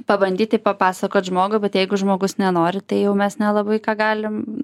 pabandyti papasakot žmogui bet jeigu žmogus nenori tai jau mes nelabai ką galim